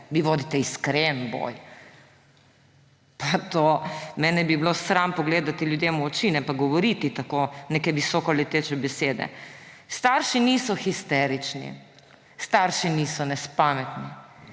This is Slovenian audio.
Vi vodite iskren boj. Pa to… Mene bi bilo sram pogledati ljudem v oči, ne pa govoriti tako − neke visokoleteče besede. Starši niso histerični. Starši niso nespametni.